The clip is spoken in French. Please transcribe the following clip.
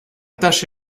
tâche